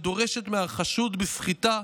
ודורשת מהחשוד בסחיטה,